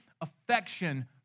affection